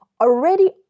already